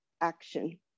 action